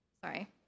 sorry